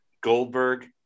Goldberg